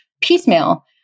piecemeal